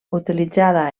utilitzada